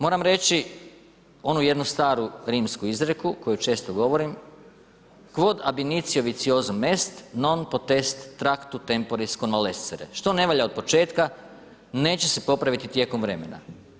Moram reći onu jednu staru rimsku izreku koju često govorim quod initio vitiosum est, non potest tractu temporis convalescere, što ne valja od početka neće se popraviti tijekom vremena.